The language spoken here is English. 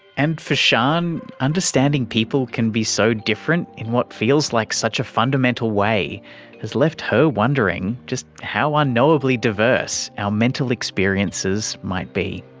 and for sian, ah um understanding people can be so different in what feels like such a fundamental way has left her wondering just how unknowably diverse our mental experiences might be.